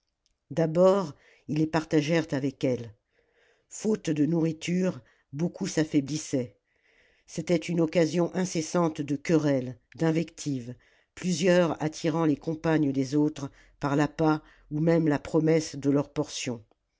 d'abord ils les partagèrent avec elles faute de nourriture beaucoup s'affaiblissaient c'était une occasion incessante de querelles d'mvectives plusieurs attirant les compagnes des autres par l'appât ou même la promesse de leur portion